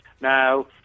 Now